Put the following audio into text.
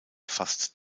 fast